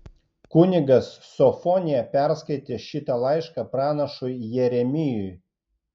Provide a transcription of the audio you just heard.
kunigas sofonija perskaitė šitą laišką pranašui jeremijui